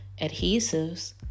adhesives